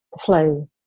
flow